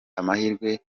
amahirwe